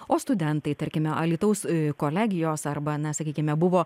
o studentai tarkime alytaus kolegijos arba na sakykime buvo